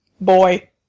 boy